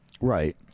Right